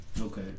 Okay